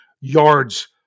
yards